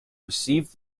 received